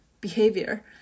behavior